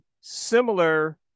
similar